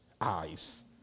eyes